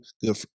Good